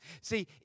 See